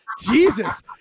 jesus